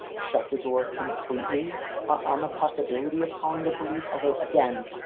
shut the door completely on the possibility of calling the police. although, again,